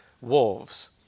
wolves